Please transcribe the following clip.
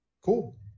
cool